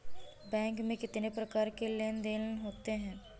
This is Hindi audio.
बैंक में कितनी प्रकार के लेन देन देन होते हैं?